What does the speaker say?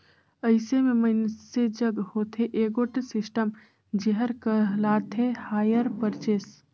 अइसे में मइनसे जग होथे एगोट सिस्टम जेहर कहलाथे हायर परचेस